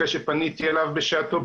אחרי שפניתי אליו בשעתו,